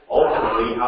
ultimately